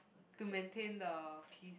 to maintain the peace